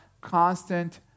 constant